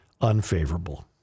unfavorable